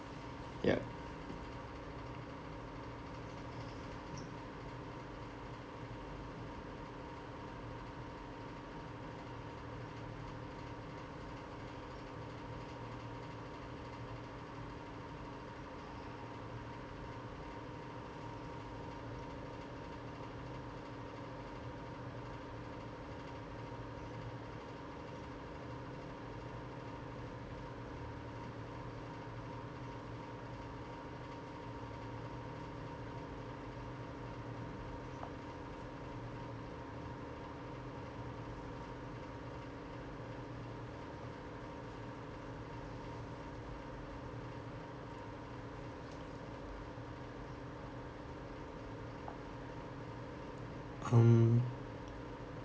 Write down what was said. ya um